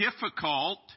difficult